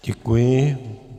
Děkuji.